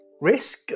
risk